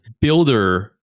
Builder